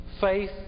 Faith